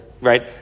right